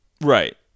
Right